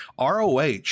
ROH